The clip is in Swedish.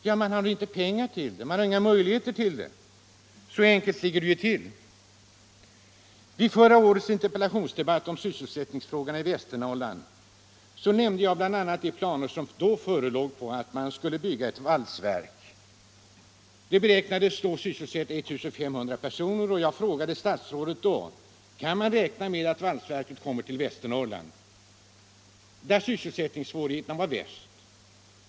Jo, de har inte pengar till den vården; 6 februari 1976 så enkelt ligger det till. SST se Vid förra årets interpellationsdebatt om sysselsättningsfrågan i Väster Om åtgärder mot norrland nämnde jag bl.a. de planer som då förelåg på att bygga ett — arbetslösheten i valsverk. Det beräknades sysselsätta I 500 personer, och jag frågade stats — Västernorrlands rådet: Kan man räkna med att valsverket kommer till Västernorrland, — län där sysselsättningssvårigheterna är värst?